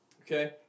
okay